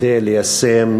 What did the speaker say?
כדי ליישם